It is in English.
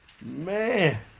man